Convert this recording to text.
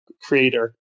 creator